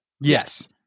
Yes